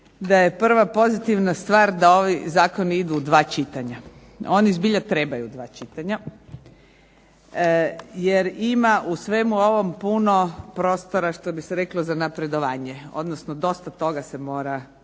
da je prva pozitivna stvar da ovi Zakoni idu u dva čitanja, oni stvarno trebaju dva čitanja jer ima u svemu ovom puno prostora što bi se reklo za napredovanje, ustvari dosta toga se mora